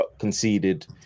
conceded